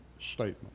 statement